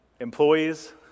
Employees